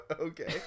okay